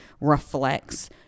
reflects